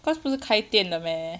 cause 不是开店了 meh